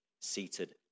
seated